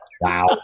Wow